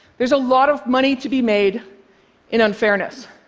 there's a lot of money to be made in unfairness.